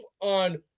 on